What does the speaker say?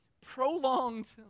prolonged